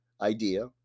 idea